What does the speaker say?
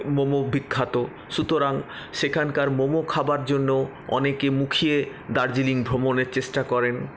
মোমো বিখ্যাত সুতরাং সেখানকার মোমো খাবার জন্য অনেকে মুখিয়ে দার্জিলিং ভ্রমণের চেষ্টা করেন